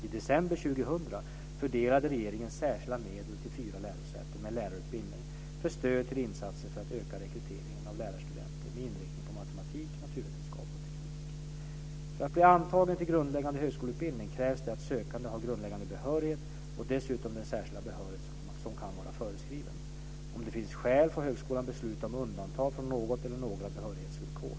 I december 2000 fördelade regeringen särskilda medel till fyra lärosäten med lärarutbildning för stöd till insatser för att öka rekryteringen av lärarstudenter med inriktning på matematik, naturvetenskap och teknik. För att bli antagen till grundläggande högskoleutbildning krävs det att sökanden har grundläggande behörighet och dessutom den särskilda behörighet som kan vara föreskriven. Om det finns skäl får högskolan besluta om undantag från något eller några behörighetsvillkor.